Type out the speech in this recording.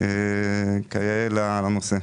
כיאה לנושא.